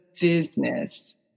business